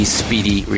speedy